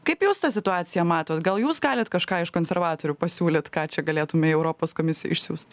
kaip jūs tą situaciją matot gal jūs galit kažką iš konservatorių pasiūlyt ką čia galėtume į europos komisijai išsiųst